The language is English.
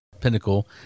Pinnacle